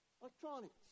electronics